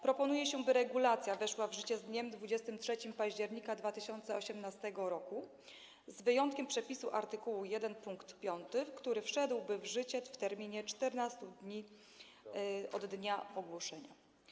Proponuje się, by regulacja weszła w życie z dniem 23 października 2018 r., z wyjątkiem przepisu art. 1 pkt 5, który wszedłby w życie w terminie 14 dni od dnia ogłoszenia.